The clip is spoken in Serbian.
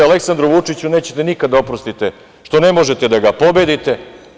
Aleksandru Vučiću nećete nikad da oprostite što ne možete da ga pobedite.